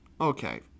Okay